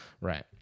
Right